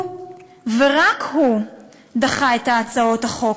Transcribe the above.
הוא ורק הוא דחה את הצעות החוק.